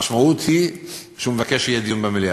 המשמעות היא שהוא מבקש שיהיה דיון במליאה.